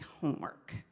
homework